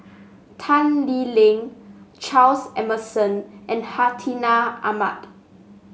Tan Lee Leng Charles Emmerson and Hartinah Ahmad